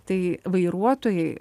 tai vairuotojai